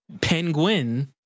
Penguin